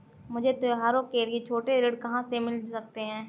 मुझे त्योहारों के लिए छोटे ऋृण कहां से मिल सकते हैं?